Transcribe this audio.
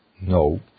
no